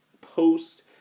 Post